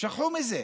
שכחו מזה.